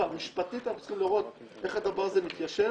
משפטית אנחנו צריכים לראות איך הדבר הזה מתיישב.